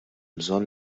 bżonn